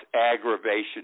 aggravation